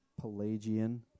Pelagian